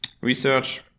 research